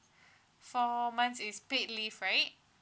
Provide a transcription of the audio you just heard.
four months is paid leave right